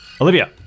Olivia